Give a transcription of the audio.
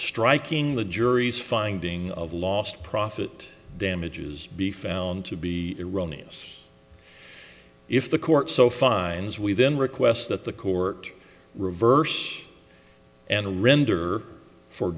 striking the jury's finding of last profit damages be found to be iranians if the court so finds we then request that the court reverse and render for